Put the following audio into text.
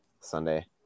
Sunday